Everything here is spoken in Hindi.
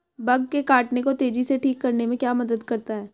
बग के काटने को तेजी से ठीक करने में क्या मदद करता है?